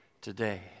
today